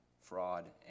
fraud